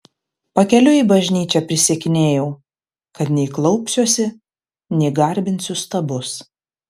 pakeliui į bažnyčią prisiekinėjau kad nei klaupsiuosi nei garbinsiu stabus